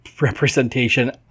representation